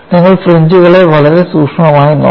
നിങ്ങൾ ഫ്രിഞ്ച്കളെ വളരെ സൂക്ഷ്മമായി നോക്കണം